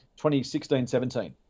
2016-17